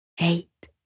Eight